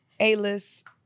A-list